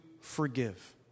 forgive